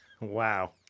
Wow